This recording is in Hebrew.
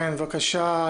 אריאל יוצר, בבקשה.